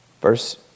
Verse